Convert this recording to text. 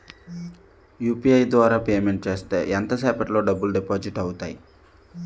UPI ద్వారా payment చేస్తే ఎంత సేపటిలో డబ్బులు డిపాజిట్ అవుతాయి?